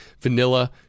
vanilla